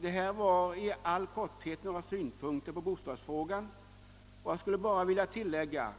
Detta var i all korthet några synpunkter på bostadsfrågan. Jag vill bara tillägga